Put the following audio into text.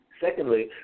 Secondly